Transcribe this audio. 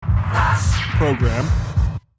program